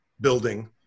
building